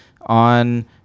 on